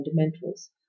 fundamentals